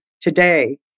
today